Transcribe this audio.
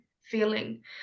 feeling